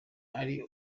ari